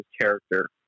character